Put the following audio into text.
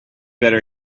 better